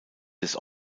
des